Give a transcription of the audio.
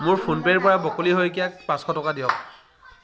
মোৰ ফোনপে'ৰ পৰা বকুলি শইকীয়াক পাঁচশ টকা দিয়ক